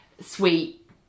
sweet